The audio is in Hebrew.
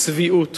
צביעות